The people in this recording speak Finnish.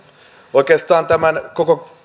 oikeastaan tämän koko